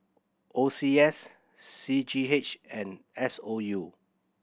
O C S C G H and S O U